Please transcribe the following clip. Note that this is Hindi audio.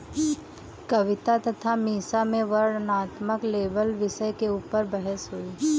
कविता तथा मीसा में वर्णनात्मक लेबल विषय के ऊपर बहस हुई